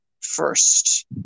first